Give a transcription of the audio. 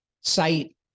site